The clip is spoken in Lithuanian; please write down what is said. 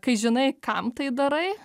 kai žinai kam tai darai